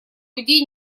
людей